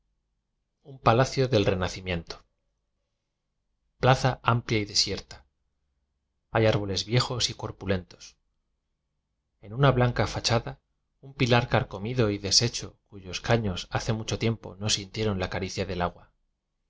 un palacio del renacimiento p l a z a amplia y desierta hay árboles viejos y corpulentos en una blanca facha da un pilar carcomido y deshecho cuyos ca ños hace mucho tiempo no sintieron la caricia del agua